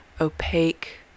opaque